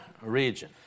region